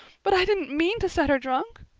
but i didn't mean to set her drunk.